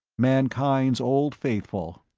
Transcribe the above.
mankind's old faithful.